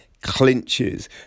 clinches